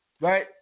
right